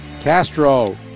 Castro